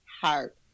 heart